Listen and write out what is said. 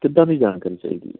ਕਿੱਦਾਂ ਦੀ ਜਾਣਕਾਰੀ ਚਾਹੀਦੀ